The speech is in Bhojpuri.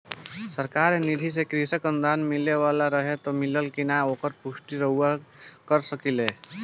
सरकार निधि से कृषक अनुदान मिले वाला रहे और मिलल कि ना ओकर पुष्टि रउवा कर सकी ला का?